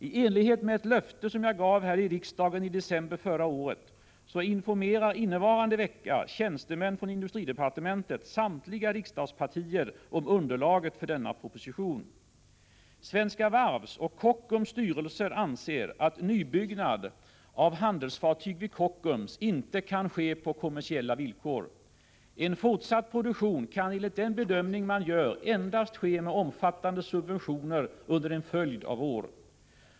I enlighet med ett löfte som jag gav här i riksdagen i december förra året så informerar innevarande vecka tjänstemän från industridepartementet samtliga riksdagspartier om underlaget för denna proposition. Svenska Varvs och Kockums styrelser anser att nybyggnad av handelsfartyg vid Kockums inte kan ske på kommersiella villkor. En fortsatt produktion kan enligt den bedömning man gör ske endast med omfattande subventioner under en följd av år.